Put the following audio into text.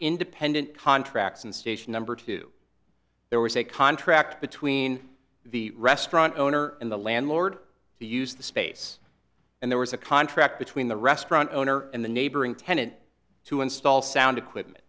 independent contracts and station number two there was a contract between the restaurant owner and the landlord to use the space and there was a contract between the restaurant owner and the neighboring tenant to install sound equipment